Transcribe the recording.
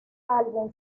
álbum